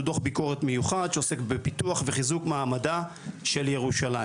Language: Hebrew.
הוא דו"ח ביקורת מיוחד שעוסק בפיתוח וחיזוק מעמדה של ירושלים.